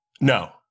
No